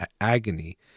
agony